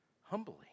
humbly